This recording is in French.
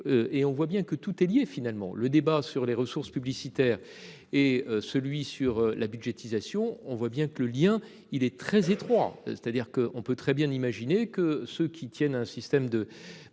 Et on voit bien que tout est lié finalement le débat sur les ressources publicitaires et celui sur la budgétisation, on voit bien que le lien, il est très étroit, c'est-à-dire que on peut très bien imaginer que ceux qui tiennent à un système de